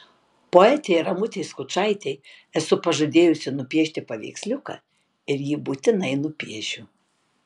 poetei ramutei skučaitei esu pažadėjusi nupiešti paveiksliuką ir jį būtinai nupiešiu